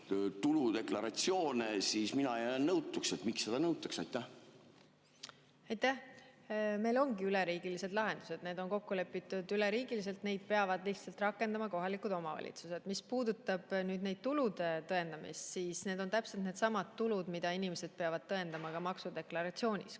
tuludeklaratsioone, jään mina nõutuks, et miks seda nõutakse. Aitäh! Meil ongi üleriigilised lahendused, need on kokku lepitud üle riigi, neid peavad lihtsalt rakendama kohalikud omavalitsused. Mis puudutab tulude tõendamist, siis need on täpselt needsamad tulud, mida inimesed peavad tõendama ka maksudeklaratsioonis.